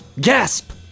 Gasp